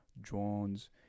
drones